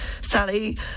Sally